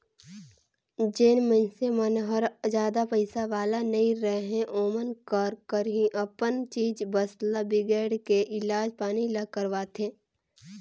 जेन मइनसे मन हर जादा पइसा वाले नइ रहें ओमन का करही अपन चीच बस ल बिगायड़ के इलाज पानी ल करवाथें